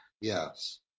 Yes